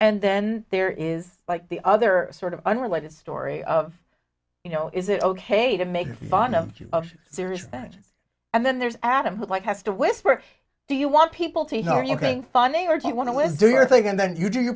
and then there is like the other sort of unrelated story of you know is it ok to make fun of serious things and then there's adam what has to whisper do you want people to you know you think funny or do you want to was do your thing and then do you do your